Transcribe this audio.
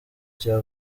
cya